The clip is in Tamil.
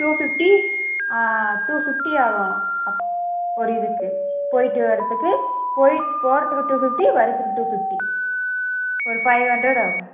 டூ ஃபிஃப்டி டூ ஃபிஃப்டி ஆகும் அப் ஒரு இதுக்கு போய்ட்டு வர்றதுக்கு போயிட்டு போகிறதுக்கு டூ ஃபிஃப்டி வர்றதுக்கு டூ ஃபிஃப்டி ஒரு ஃபைவ் ஹண்ட்ரட் ஆகும்